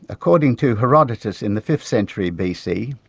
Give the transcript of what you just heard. according to herodotus in the fifth century bc,